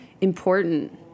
important